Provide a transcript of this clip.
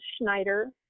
Schneider